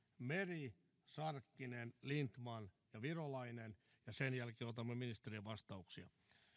meri sarkkinen lindtman ja virolainen sen jälkeen otamme ministerien vastauksia